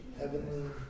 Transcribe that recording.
Heavenly